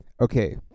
okay